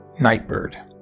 Nightbird